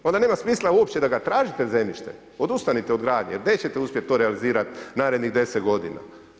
Onda nema smisla uopće da tražite zemljište, odustanite od gradnje jer nećete uspjeti to realizirati narednih deset godina.